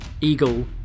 eagle